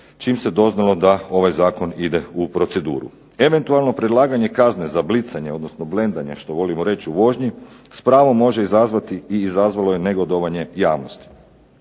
čim se doznalo da ovaj Zakon ide u proceduru. Eventualno predlaganje kazne za blicanje, odnosno blendanje što volimo reći u vožnji s pravom izazvati i izazvalo je negodovanje javnosti.